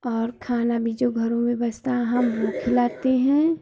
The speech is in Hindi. और खाना भी जो घरों में बचता है हम वो खिलाते हैं